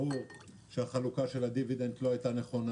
ברור שהחלוקה של הדיבידנד לא הייתה נכונה.